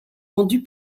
rendus